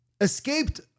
escaped